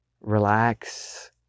relax